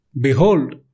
Behold